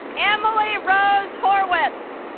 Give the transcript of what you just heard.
emily rose horwitz